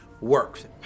works